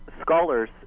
scholars